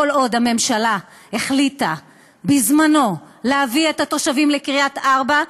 כל עוד הממשלה החליטה בזמנה להביא את התושבים לקריית-ארבע,